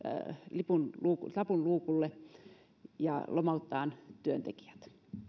lapun luukulle lapun luukulle ja lomauttamaan työntekijät